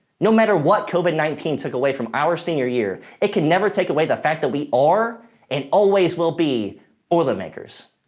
no matter what covid nineteen took away from our senior year, it can never take away the fact that we are and always will be boilermakers.